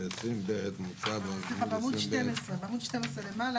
--- בעמוד 12 למעלה,